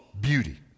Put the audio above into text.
beauty